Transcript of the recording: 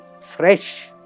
fresh